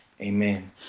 Amen